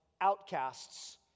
outcasts